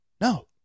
No